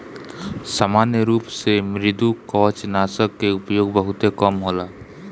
सामान्य रूप से मृदुकवचनाशक के उपयोग बहुते कम होला